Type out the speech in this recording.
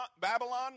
Babylon